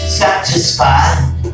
satisfied